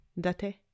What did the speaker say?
date